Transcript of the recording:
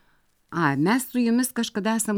ai mes su jumis kažkada esam